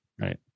right